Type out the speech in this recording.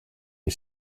you